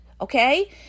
okay